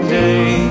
day